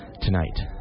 tonight